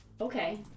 Okay